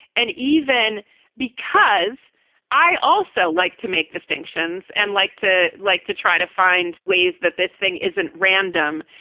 and even because i also like to make distinctions and like to like to try to find ways that this thing isn't random,